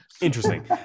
Interesting